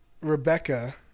Rebecca